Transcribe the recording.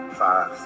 five